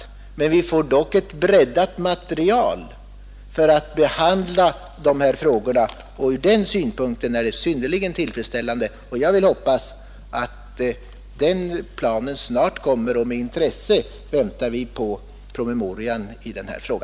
Då får vi ju ändå ett breddat material 91 för behandlingen av dessa frågor, och från den synpunkten är det synnerligen tillfredsställande. Jag hoppas att den planen snart läggs fram, och vi väntar med intresse på promemorian i denna fråga.